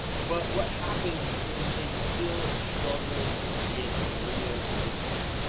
but what happens is they still struggle to get real leads.